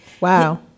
wow